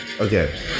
Okay